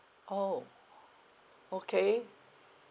orh okay